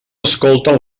escolten